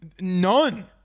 None